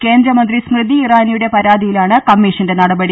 കേന്ദ്രമന്ത്രി സ്മൃതിഇറാനിയുടെ പരാതിയിലാണ് കമ്മീഷന്റെ നടപടി